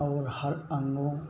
और हर अंगों